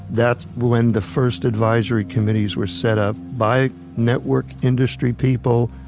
that's when the first advisory committees were set up by network industry people,